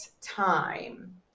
time